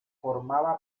formaba